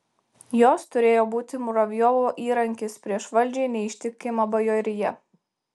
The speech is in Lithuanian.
jos turėjo būti muravjovo įrankis prieš valdžiai neištikimą bajoriją